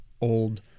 old